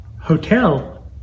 Hotel